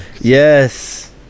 Yes